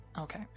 Okay